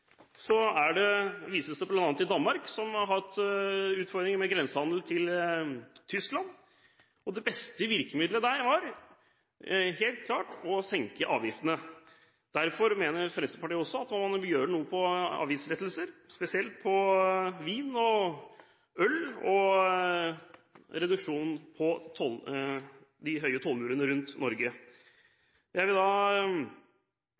vises til bl.a. Danmark, som har hatt utfordringer med grensehandel mot Tyskland. Det beste virkemiddelet der var å senke avgiftene. Derfor mener Fremskrittspartiet at man må gjøre noe når det gjelder avgiftslettelser, spesielt på vin og øl, og senke de høye tollmurene rundt Norge.